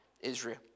Israel